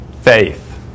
faith